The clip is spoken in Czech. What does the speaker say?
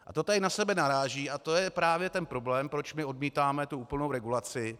A to tady na sebe naráží a to je právě ten problém, proč my odmítáme úplnou regulaci.